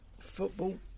Football